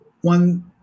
one